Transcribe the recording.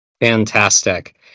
Fantastic